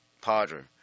potter